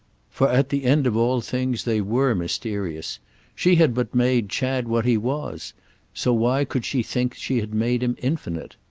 for at the end of all things they were mysterious she had but made chad what he was so why could she think she had made him infinite?